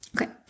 Okay